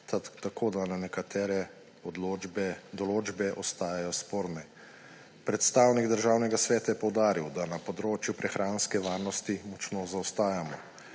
tako da nekatere določbe ostajajo sporne. Predstavnik Državnega sveta je poudaril, da na področju prehranske varnosti močno zaostajamo.